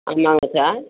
ஆமாங்க சார்